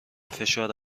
فشار